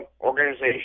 organization